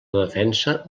defensa